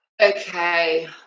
okay